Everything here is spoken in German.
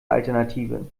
alternative